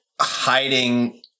hiding